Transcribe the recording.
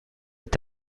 est